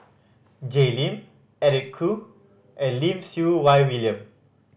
Jay Lim Eric Khoo and Lim Siew Wai William